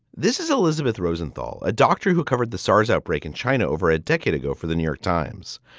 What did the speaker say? this is elizabeth rosenthal, a doctor who covered the sars outbreak in china over a decade ago for the new york times.